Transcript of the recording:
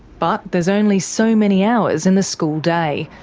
but there's only so many hours in the school day,